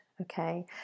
okay